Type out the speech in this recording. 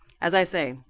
as i say,